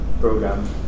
program